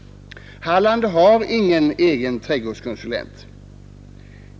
Halland har ingen egen trädgårdskonsulent.